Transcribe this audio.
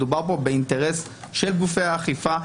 מדובר פה באינטרס של גופי האכיפה,